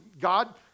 God